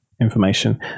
information